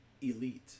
Elite